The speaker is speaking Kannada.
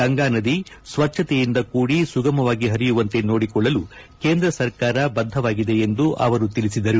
ಗಂಗಾನದಿ ಸ್ವಜ್ಞತೆಯಿಂದ ಕೂಡಿ ಸುಗಮವಾಗಿ ಹರಿಯುವಂತೆ ನೋಡಿಕೊಳ್ಳಲು ಕೇಂದ್ರ ಸರ್ಕಾರ ಬದ್ದವಾಗಿದೆ ಎಂದು ಅವರು ಹೇಳಿದರು